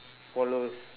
followers